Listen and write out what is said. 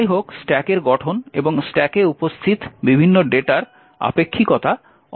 যাইহোক স্ট্যাকের গঠন এবং স্ট্যাকে উপস্থিত বিভিন্ন ডেটার আপেক্ষিকতা অভিন্ন হবে